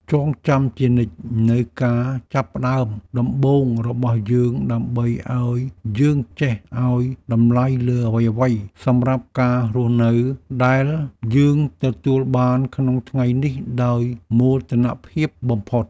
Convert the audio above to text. ចងចាំជានិច្ចនូវការចាប់ផ្ដើមដំបូងរបស់យើងដើម្បីឱ្យយើងចេះឱ្យតម្លៃលើអ្វីៗសម្រាប់ការរស់នៅដែលយើងទទួលបានក្នុងថ្ងៃនេះដោយមោទនភាពបំផុត។